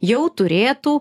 jau turėtų